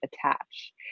attach